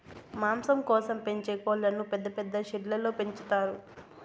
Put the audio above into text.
మాంసం కోసం పెంచే కోళ్ళను పెద్ద పెద్ద షెడ్లలో పెంచుతారు